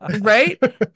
Right